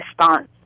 response